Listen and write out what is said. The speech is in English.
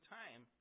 time